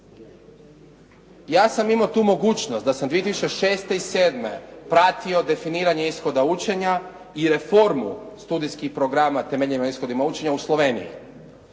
Ja sam imao tu mogućnost da sam 2006. i 2007. pratio definiranje ishoda učenja i reformu studijskih programa temeljem ishodima učenja u Sloveniji.